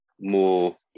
more